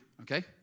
Okay